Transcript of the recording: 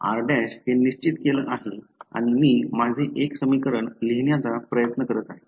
r' हे निश्चित केलं आहे आणि मी माझे एक समीकरण लिहिण्याचा प्रयत्न करत आहे